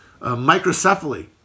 microcephaly